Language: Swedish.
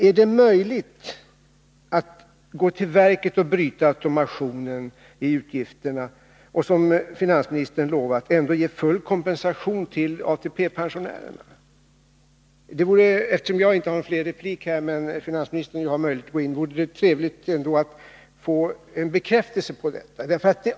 Är det möjligt att gå till verket och bryta automationen i utgiftsökningarna och, som finansministern lovar, ändå ge full kompensation till ATP-pensionärerna? Jag har inte rätt till ytterligare repliker, men det vore trevligt att få en bekräftelse på detta av finansministern.